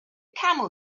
camel